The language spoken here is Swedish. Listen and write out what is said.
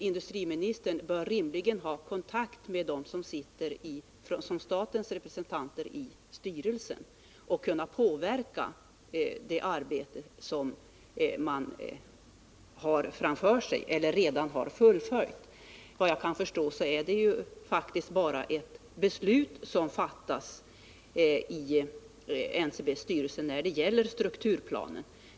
Industriministern bör rimligen ha kontakt med dem som sitter som statens representanter i styrelsen, och han bör alltså kunna påverka det arbete som man har framför sig eller redan har fullföljt. Vad jag kan förstå är det faktiskt bara beslut som saknas i NCB:s styrelse när det gäller strukturplanen.